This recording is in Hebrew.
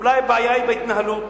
אולי הבעיה היא בהתנהלות?